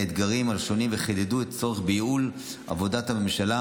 את האתגרים השונים וחידדו את הצורך בייעול עבודת הממשלה